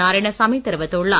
நாராயணசாமி தெரிவித்துள்ளார்